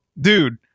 dude